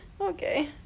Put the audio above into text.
Okay